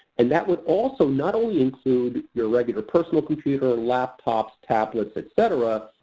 and that would also, not only include your regular personal computer laptop, tablet, etc,